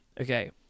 okay